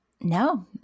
No